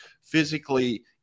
physically